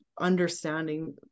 understanding